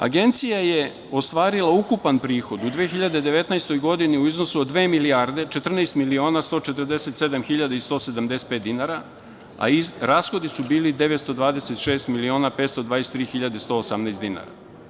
Agencija je ostvarila ukupan prihod u 2019. godini u iznosu od dve milijarde 14 miliona 147 hiljada i 175 dinara, a rashodi su bili 926 miliona 523 hiljade 118 dinara.